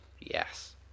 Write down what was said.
yes